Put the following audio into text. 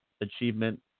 Achievement